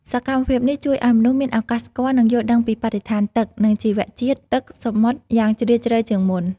សកម្មភាពនេះជួយឲ្យមនុស្សមានឱកាសស្គាល់ និងយល់ដឹងពីបរិស្ថានទឹក និងជីវៈជាតិទឹកសមុទ្រយ៉ាងជ្រាលជ្រៅជាងមុន។